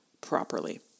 properly